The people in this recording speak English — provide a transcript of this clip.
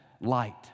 light